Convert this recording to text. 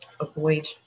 avoid